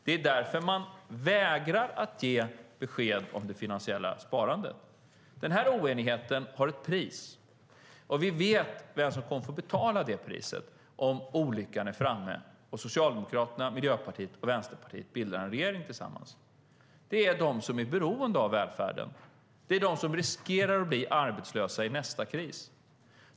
Det är därför man vägrar ge besked om det finansiella sparandet. Den oenigheten har ett pris. Vi vet vem som kommer att få betala det priset om olyckan är framme och Socialdemokraterna, Miljöpartiet och Vänsterpartiet bildar en regering tillsammans. Det är de som är beroende av välfärden. Det är de som riskerar att bli arbetslösa i nästa kris.